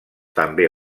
també